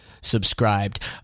subscribed